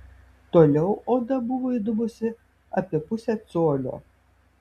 toliau oda buvo įdubusi apie pusę colio